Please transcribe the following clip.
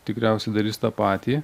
tikriausiai darys tą patį